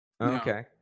Okay